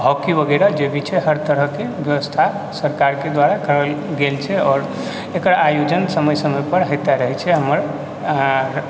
hockey वगैरह जे भी छै हर तरहके व्यवस्था सरकारके द्वारा करल गेल छै आओर एकर आयोजन समय समयपर होइते रहै छै हमर